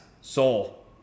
soul